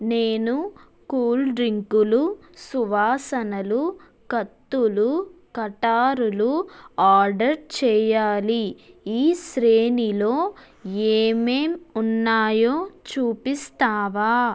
నేను కూల్డ్రింక్లు సువాసనలు కత్తులూ కటారులూ ఆర్డర్ చెయ్యాలి ఈ శ్రేణిలో ఏమేం ఉన్నాయో చూపిస్తావా